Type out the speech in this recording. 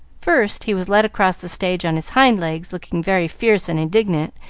first he was led across the stage on his hind legs, looking very fierce and indignant,